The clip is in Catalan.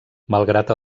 malgrat